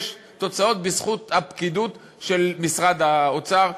ויש תוצאות בזכות הפקידות של משרד האוצר,